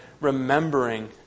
remembering